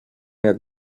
jak